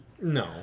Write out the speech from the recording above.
No